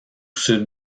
sud